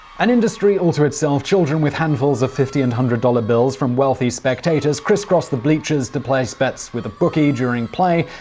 an industry all to itself, children with handfuls of fifty and hundred-dollar bills from wealthy spectators crisscross the bleachers to place bets with a bookie during play,